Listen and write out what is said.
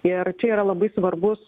ir čia yra labai svarbus